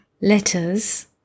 letters